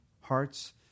hearts